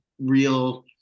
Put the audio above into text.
real